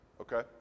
okay